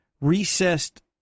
recessed